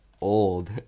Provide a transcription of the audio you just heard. old